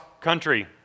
country